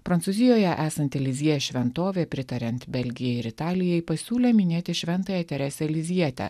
prancūzijoje esanti lizjė šventovė pritarianti belgijai ir italijai pasiūlė minėti šventąją teresę lizjietę